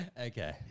Okay